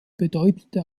bedeutende